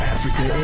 Africa